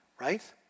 right